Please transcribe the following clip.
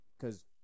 Cause